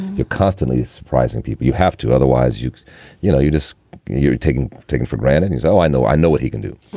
you're constantly surprising people. you have to. otherwise you you know, you just you're taking taking for granted. he's. oh, i know. i know what he can do.